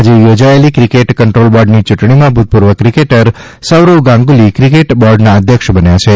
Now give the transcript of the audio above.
આજે યોજાયેલી cricket control બોર્ડની ચૂંટણીમાં ભૂતપૂર્વ ક્રિકેટર સૌરવ ગાંગુલી ક્રિકેટ બોર્ડના અધ્યક્ષ બન્યા છે